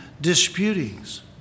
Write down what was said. disputings